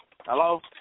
Hello